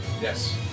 Yes